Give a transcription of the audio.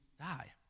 die